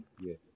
Yes